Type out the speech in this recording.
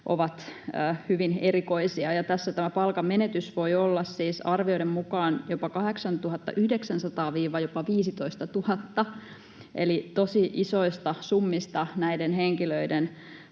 ovat hyvin erikoisia, ja tässä tämä palkanmenetys voi olla siis arvioiden mukaan 8 900:sta jopa 15 000:een, eli tosi isoista summista näiden henkilöiden